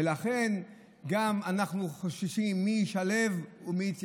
ולכן, אנחנו חוששים גם מי יישלו ומי יתייסר,